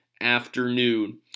afternoon